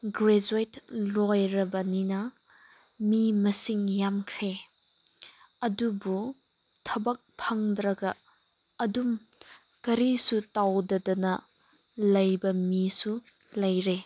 graduate ꯂꯣꯏꯔꯕꯅꯤꯅ ꯃꯤ ꯃꯁꯤꯡ ꯌꯥꯝꯈ꯭ꯔꯦ ꯑꯗꯨꯕꯨ ꯊꯕꯛ ꯐꯪꯗ꯭ꯔꯒ ꯑꯗꯨꯝ ꯀꯔꯤꯁꯨ ꯇꯧꯗꯗꯅ ꯂꯩꯕ ꯃꯤꯁꯨ ꯂꯩꯔꯦ